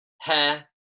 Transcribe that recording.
Hair